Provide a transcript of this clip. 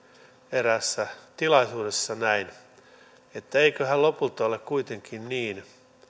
eräässä tilaisuudessa näin eiköhän lopulta ole kuitenkin niin